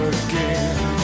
again